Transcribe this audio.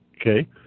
Okay